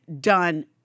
done